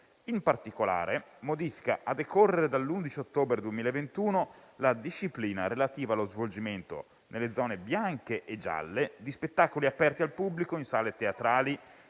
in particolare, modifica, a decorrere dall'11 ottobre 2021, la disciplina relativa allo svolgimento nelle zone bianche e gialle di spettacoli aperti al pubblico in sale teatrali,